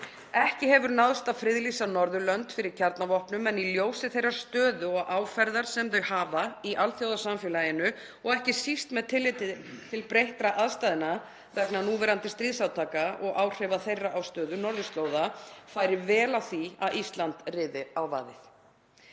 Ekki hefur náðst að friðlýsa Norðurlönd fyrir kjarnavopnum en í ljósi þeirrar stöðu og ásýndar sem þau hafa í alþjóðasamfélaginu, og ekki síst með tilliti til breyttra aðstæðna vegna núverandi stríðsátaka og áhrifa þeirra á stöðu norðurslóða, færi vel á því að Ísland riði á vaðið.